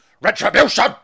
retribution